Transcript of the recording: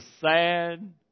sad